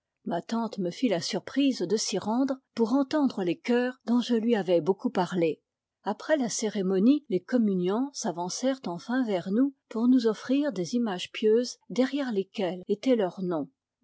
ma tante me fit la surprise de s'y rendre pour entendre les chœurs dont je lui avais beaucoup parlé après la cérémonie les communiants s'avancèrent enfin vers nous pour nous offrir des images pieuses derrière lesquelles était leur nom